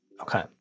Okay